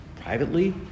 privately